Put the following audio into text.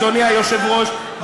אדוני היושב-ראש.